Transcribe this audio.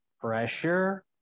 pressure